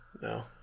No